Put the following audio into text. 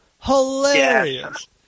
Hilarious